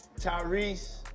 Tyrese